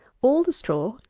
all the straw,